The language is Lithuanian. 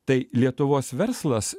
tai lietuvos verslas